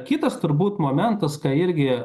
kitas turbūt momentas ką irgi